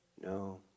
No